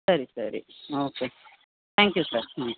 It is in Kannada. ಸರಿ ಸರಿ ಓಕೆ ತ್ಯಾಂಕ್ ಯು ಸರ್ ಹ್ಞೂ